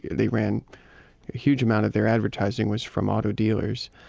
they ran a huge amount of their advertising was from auto dealers.